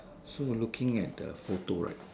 so looking at the photo right